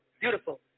beautiful